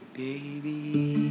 baby